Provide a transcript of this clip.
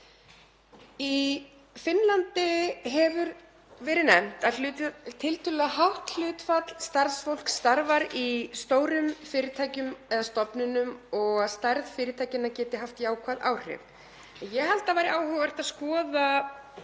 Í Finnlandi hefur verið nefnt að tiltölulega hátt hlutfall starfsfólk starfar í stórum fyrirtækjum eða stofnunum og að stærð fyrirtækjanna geti haft jákvæð áhrif. Ég held að það væri áhugavert að skoða